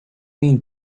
mean